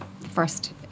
first